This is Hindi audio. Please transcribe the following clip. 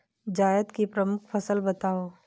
जायद की प्रमुख फसल बताओ